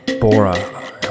Bora